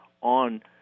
on